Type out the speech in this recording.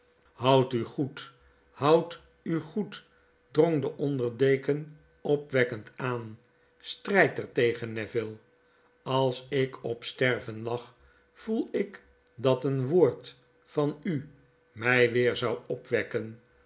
houd u goed houd u goed drong de onder deken opwekkend aan b stryd ertegen neville als ik op sterven lag voel ik dat een woord van u my weer zou opwekken